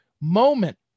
moment